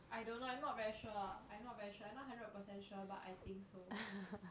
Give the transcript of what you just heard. I don't know I'm not very sure ah I'm not very sure I'm not hundred percent sure but I think so